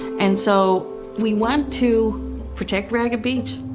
and so we want to protect ragged beach.